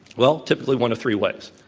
well, typically one of three ways.